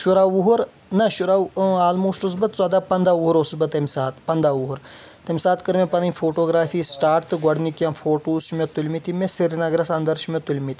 شُراہ وُہر نہٕ شُراہ وُہ أں آلموسٹ اوسُس بہٕ ژۄداہ پنٛداہ وُہر اوسُس بہٕ تٔمہِ ساتہٕ پنٛداہ وُہر تٔمہِ ساتہٕ کٔر مےٚ پنٔنۍ فوٹوگرافی سِٹاٹ تہٕ گۄڈنِکۍ کیٚنٛہہ فوٹوز چھ مےٚ تُلۍ مٕتۍ یِم مےٚ سیٖنگرس انٛدر چھ مےٚ تُلۍ مٕتۍ